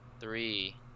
three